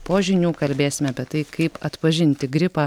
po žinių kalbėsim apie tai kaip atpažinti gripą